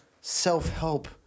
self-help